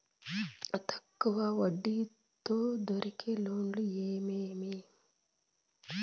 తక్కువ వడ్డీ తో దొరికే లోన్లు ఏమేమీ?